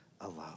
alone